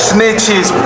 Snitches